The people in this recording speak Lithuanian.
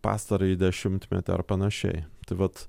pastarąjį dešimtmetį ar panašiai tai vat